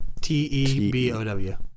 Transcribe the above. T-E-B-O-W